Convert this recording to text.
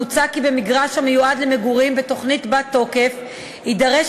מוצע כי במגרש המיועד למגורים בתוכנית בת-תוקף יידרש